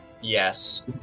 Yes